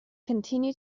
continue